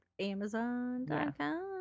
Amazon.com